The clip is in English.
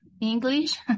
English